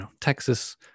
Texas